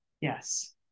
Yes